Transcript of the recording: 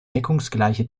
deckungsgleiche